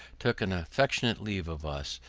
took an affectionate leave of us,